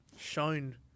shown